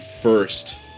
first